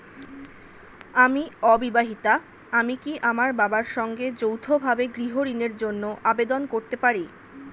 আমি অবিবাহিতা আমি কি আমার বাবার সঙ্গে যৌথভাবে গৃহ ঋণের জন্য আবেদন করতে পারি?